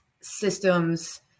systems